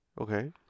Okay